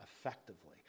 effectively